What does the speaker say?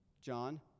John